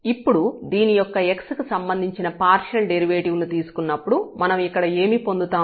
ఇప్పుడు దీని యొక్క x కి సంబంధించిన పార్షియల్ డెరివేటివ్ ని తీసుకున్నప్పుడు మనం ఇక్కడ ఏమి పొందుతాము